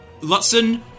Lutzen